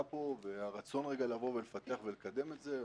פה והרצון לבוא ולפתח ולקדם את זה,